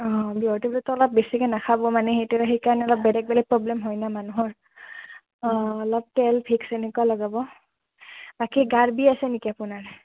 অঁ বিষৰ টেবলেটটো অলপ বেছিকৈ নাখাব মানে সেইকাৰণে অলপ বেলেগ বেলেগ প্ৰব্লেম হয় না মানুহৰ অলপ তেল ভিক্স এনেকুৱা লগাব বাকী গাৰ বিষ আছে নেকি আপোনাৰ